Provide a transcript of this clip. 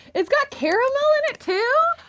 it's got caramel in it too?